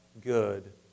good